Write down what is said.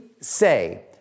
say